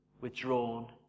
withdrawn